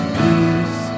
peace